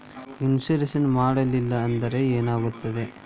Insurance ಮಾಡಲಿಲ್ಲ ಅಂದ್ರೆ ಏನಾಗುತ್ತದೆ?